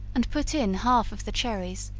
and put in half of the cherries,